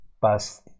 bus